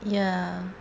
ya